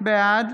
בעד